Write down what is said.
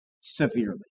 severely